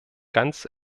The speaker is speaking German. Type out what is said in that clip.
ganz